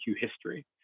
history